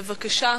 בבקשה.